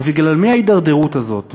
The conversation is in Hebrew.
ובגלל מי ההתדרדרות הזאת?